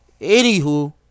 Anywho